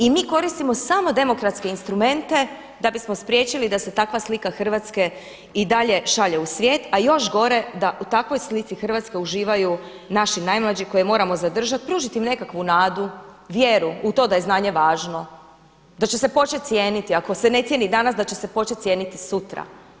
I mi koristimo samo demokratske instrumente da bismo spriječili da se takva slika Hrvatske i dalje šalje u svijet, a još gore da u takvoj slici Hrvatske uživaju naši najmlađi koje moramo zadržati, pružiti im nekakvu nadu, vjeru u to da je znanje važno, da će se početi cijeniti, ako se ne cijeni danas da će se početi cijeniti sutra.